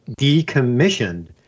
decommissioned